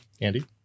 Andy